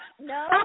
no